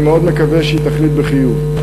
אני מאוד מקווה שהיא תחליט בחיוב.